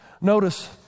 Notice